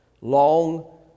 long